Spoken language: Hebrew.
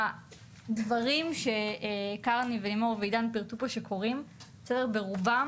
הדברים שקרני ולימור ועידן פירטו פה שקורים ברובם,